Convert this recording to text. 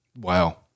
Wow